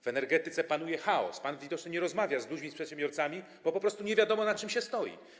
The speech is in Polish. W energetyce panuje chaos - pan widocznie nie rozmawia o tym z ludźmi, z przedsiębiorcami - po prostu nie wiadomo, na czym się stoi.